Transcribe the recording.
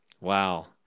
Wow